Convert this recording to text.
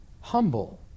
humble